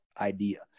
idea